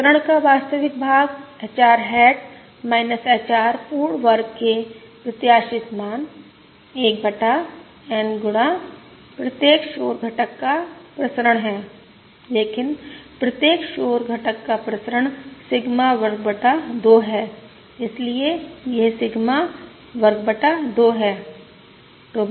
प्रसरण का वास्तविक भाग HR हैट HR पूर्ण वर्ग के प्रत्याशित मान 1 बटा N गुणा प्रत्येक शोर घटक का प्रसरण है लेकिन प्रत्येक शोर घटक का प्रसरण सिग्मा वर्ग बटा 2 है इसलिए यह सिग्मा वर्ग बटा 2 है